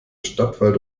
stadtwald